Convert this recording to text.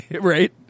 Right